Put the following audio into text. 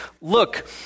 look